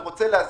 אני רוצה להזכיר